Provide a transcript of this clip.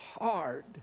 hard